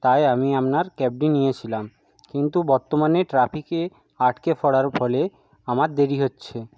তাই আমি আপনার ক্যাবটি নিয়েছিলাম কিন্তু বর্তমানে ট্র্যাফিকে আটকে পড়ার ফলে আমার দেরি হচ্ছে